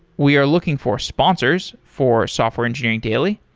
we are looking for sponsors for software engineering daily.